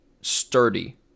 sturdy